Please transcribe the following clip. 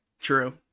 True